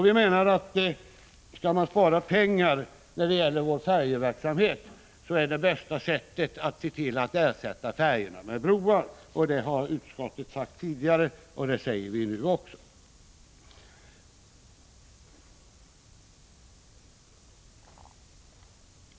Vi menar att skall man spara pengar när det gäller färjeverksamheten, är det bästa sättet att se till att ersätta färjorna med broar. Det har utskottet sagt tidigare, och det säger vi nu också.